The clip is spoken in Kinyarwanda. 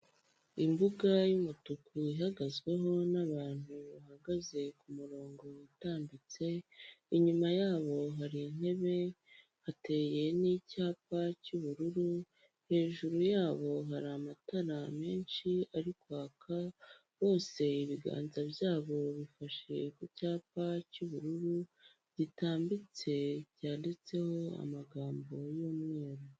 Imbuga y'umutuku ihagazweho n'abantu bahagaze ku murongo utambitse, inyuma yabo hari intebe, hateye n'icyapa cy'ubururu, hejuru yabo hari amatara menshi ari kwaka, bose ibiganza byabo bifashe ku cyapa cy'ubururu, gitambitse, cyanditseho amagambo y'umweru.